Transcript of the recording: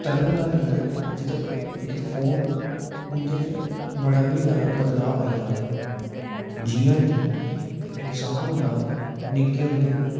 ते तैलूं दा लेइयै अज्ज तक्क जेह्ड़े फोन न उंदे च बड़ा गै जादै बदलाव आई गेदा ऐ जियां कि इक्क इन्सान होंदा ऐ निक्के होंदे